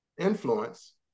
influence